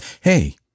Hey